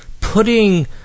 putting